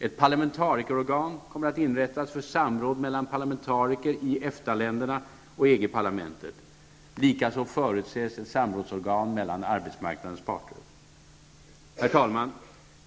Ett parlamentarikerorgan kommer att inrättas för samråd mellan parlamentariker i EFTA-länderna och EG-parlamentet. Likaså förutses ett samrådsorgan med arbetsmarknadens parter. Herr talman!